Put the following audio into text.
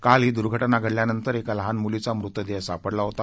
काल ही दूर्घटना घडल्यानंतर एका लहान मुलीचा मृतदेह सापडला होता